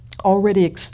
already